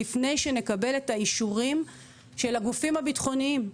לפני שנקבל את האישורים של הגופים הביטחוניים.